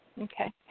Okay